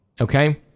Okay